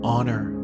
Honor